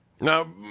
Now